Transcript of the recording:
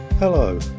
Hello